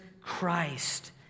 Christ